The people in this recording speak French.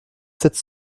sept